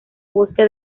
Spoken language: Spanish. bosque